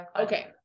Okay